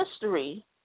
history